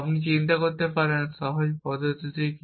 আপনি চিন্তা করতে পারেন সহজ পদ্ধতি কি